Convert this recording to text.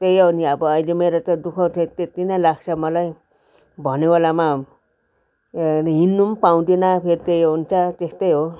त्यही हो नि अब अहिले त मेरो दुःख त्यत्ति नै लाग्छ मलाई भनेको बेलामा हिँड्नु पनि पाउँदिनँ त्यही हुन्छ त्यस्तै हो